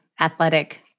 athletic